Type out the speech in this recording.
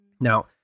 now